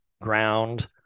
Ground